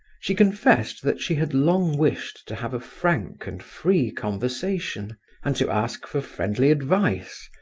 she confessed that she had long wished to have a frank and free conversation and to ask for friendly advice,